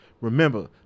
remember